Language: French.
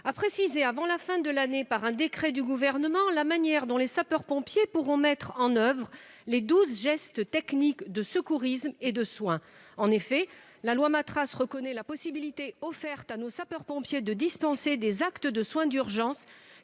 à préciser avant la fin de l'année par un décret du Gouvernement la manière dont les sapeurs-pompiers pourront mettre en oeuvre les douze gestes techniques de secourisme et de soins ». En effet, la loi Matras offre à nos sapeurs-pompiers la possibilité de dispenser des actes de soin d'urgence,